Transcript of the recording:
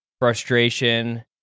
frustration